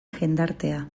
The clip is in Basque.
jendartea